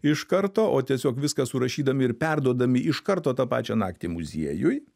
iš karto o tiesiog viską surašydami ir perduodami iš karto tą pačią naktį muziejui